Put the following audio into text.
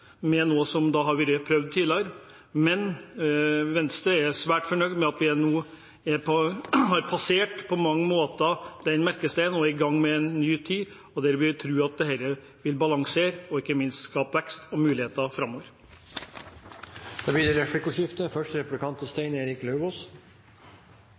med noe som har vært prøvd tidligere, men Venstre er svært fornøyd med at vi nå på mange måter har passert den merkesteinen og er i gang med en ny tid. Jeg vil tro at dette vil balansere og ikke minst skape vekst og muligheter framover. Det blir replikkordskifte.